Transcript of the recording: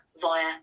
via